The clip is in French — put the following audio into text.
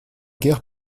guère